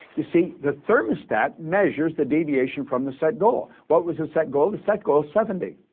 you see, the thermostat measures the deviation from the set goal. what was the set goal? the set goal is seventy.